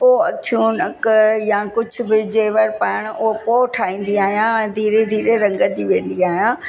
पोइ अखियूं नक या कुझु बि जेवर पायणु उहो ठाहींदी आहियां धीरे धीरे रंगंदी वेंदी आहियां